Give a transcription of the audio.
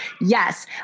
yes